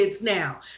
now